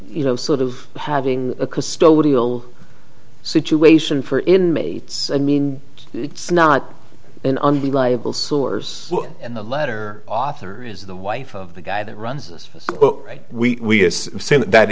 you know sort of having a custodial situation for inmates i mean it's not an unreliable source and the letter author is the wife of the guy that runs right we see that